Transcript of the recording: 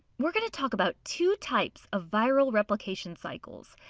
we're going to talk about two types of viral replication cycles.